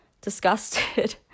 disgusted